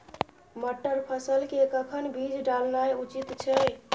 मटर फसल के कखन बीज डालनाय उचित छै?